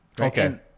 Okay